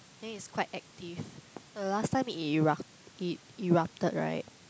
then it's quite active the last time it erupt it erupted right